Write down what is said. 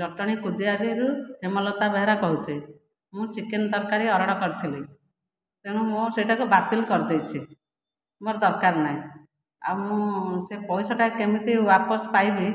ଜଟଣୀ କୁଦିଆରୀରୁ ହେମଲତା ବେହେରା କହୁଛି ମୁଁ ଚିକେନ୍ ତରକାରୀ ଅର୍ଡ଼ର କରିଥିଲି ଏବଂ ମୁଁ ସେଇଟାକୁ ବାତିଲ୍ କରିଦେଇଛି ମୋର ଦରକାର ନାହିଁ ଆଉ ମୁଁ ସେ ପଇସା ଟା କେମିତି ୱାପସ ପାଇବି